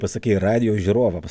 pasakei radijo žiūrovams